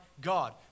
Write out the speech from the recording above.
God